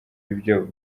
ibyo